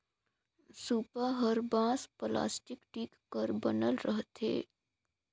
सूपा हर बांस, पलास्टिक, टीग कर बनल रहथे